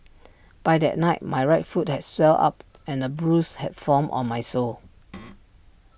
by that night my right foot had swelled up and A bruise had formed on my sole